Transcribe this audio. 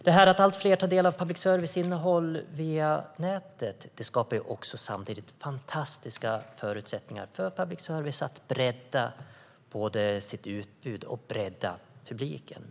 Det här att allt fler tar del av public service-innehåll via nätet skapar samtidigt också fantastiska förutsättningar för public service att bredda både sitt utbud och publiken.